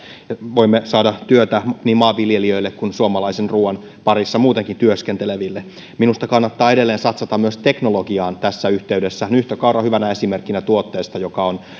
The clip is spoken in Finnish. voimme saada työtä niin maanviljelijöille kuin suomalaisen ruuan parissa muutenkin työskenteleville minusta kannattaa edelleen satsata myös teknologiaan tässä yhteydessä nyhtökaura hyvänä esimerkkinä tuotteesta joka on